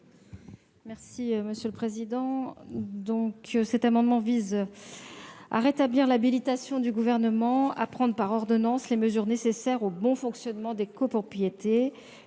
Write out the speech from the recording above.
Mme la ministre déléguée. Cet amendement vise à rétablir l'habilitation du Gouvernement à prendre par ordonnance les mesures nécessaires au bon fonctionnement des copropriétés,